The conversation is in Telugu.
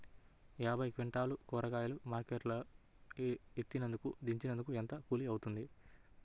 యాభై క్వింటాలు కూరగాయలు మార్కెట్ లో ఎత్తినందుకు, దించినందుకు ఏంత కూలి అవుతుంది?